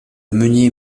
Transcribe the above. meunier